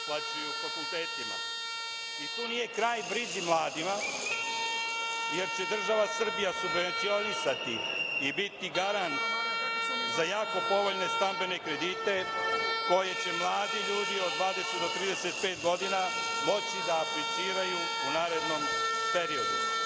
Tu nije kraj brizi o mladima, jer će država Srbija subvencionisati i biti garant za jako povoljne stambene kredite za koje će mladi ljudi od 20 do 35 godina moći da apliciraju u narednom periodu.